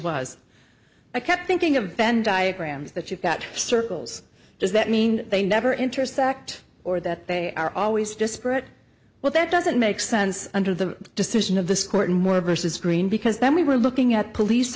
was i kept thinking of ben diagrams that you've got circles does that mean they never intersect or that they are always disparate well that doesn't make sense under the decision of this court and more versus green because then we were looking at police